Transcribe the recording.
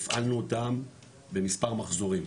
הפעלנו אותם במספר מחזורים,